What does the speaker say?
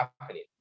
happening